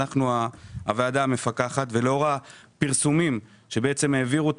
אנחנו הוועדה המפקחת ולאור הפרסומים שבעצם העבירו את